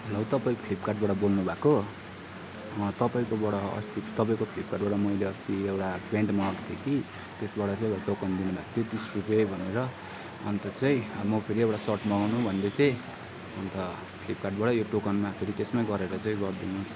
hello तपाईँ फ्लिपकार्टबाट बोल्नुभएको तपाईँकोबाट अस्ति तपाईँको फ्लिपकार्टबाट मैले एउटा प्यान्ट मगाएको थिएँ कि त्यसबाट चाहिँ एउटा टोकन दिनुभएको थियो तिस रुपियाँ भनेर अन्त चाहिँ म फेरि एउटा सर्ट मगाउनु भन्दै थिएँ अन्त फ्लिपकार्टबाट यो टोकनमा फेरि त्यसमै गरेर चाहिँ गरिदिनु होस्